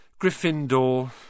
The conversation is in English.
Gryffindor